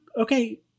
Okay